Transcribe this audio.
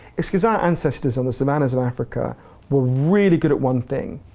it's because our ancestors in the savannas of africa were really good at one thing,